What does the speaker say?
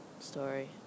story